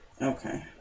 Okay